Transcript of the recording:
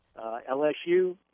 LSU